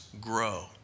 grow